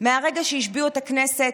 מהרגע שהשביעו את הכנסת,